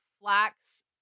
flax